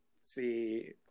See